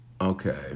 Okay